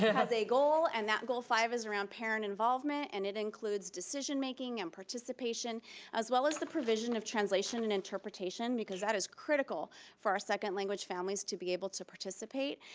has a goal and that goal five is around parent involvement and it includes decision making and participation as well as the provision of translation and interpretation because that is critical for our second language families to be able to participate,